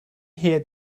hear